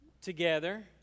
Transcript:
together